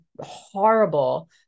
horrible